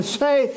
say